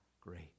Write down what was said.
great